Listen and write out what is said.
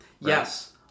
Yes